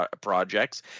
projects